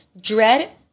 dread